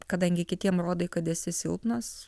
kadangi kitiem rodai kad esi silpnas